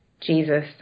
Jesus